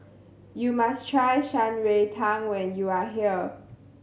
you must try Shan Rui Tang when you are here